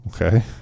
Okay